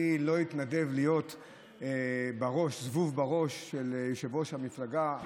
אני לא אתנדב להיות זבוב בראש של יושב-ראש המפלגה שלך,